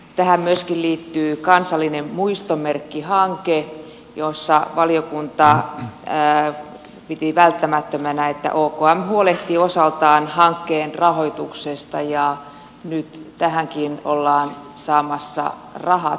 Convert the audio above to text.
tähän myöskin liittyy kansallinen muistomerkkihanke jossa valiokunta piti välttämättömänä että okm huolehtii osaltaan hankkeen rahoituksesta ja nyt tähänkin ollaan saamassa rahat